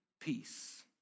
peace